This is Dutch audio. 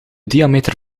diameter